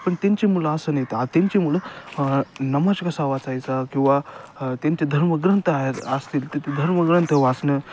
पण त्यांची मुलं असं नाहीयेत त्यांची मुलं नमाज कसा वाचायचा किंवा त्यांचे धर्मग्रंथ असतील त ते धर्मग्रंथ वाचणं